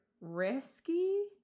Risky